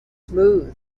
smooth